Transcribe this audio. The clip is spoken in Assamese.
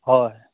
হয়